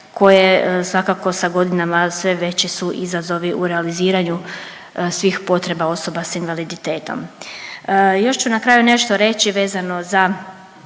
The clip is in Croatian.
koje svakako sa godinama sve veći su izazovi u realiziranju svih potreba osoba s invaliditetom. Još ću na kraju nešto reći vezano za